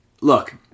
look